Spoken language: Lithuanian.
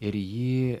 ir jį